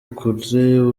kure